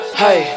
hey